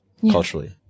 culturally